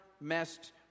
messed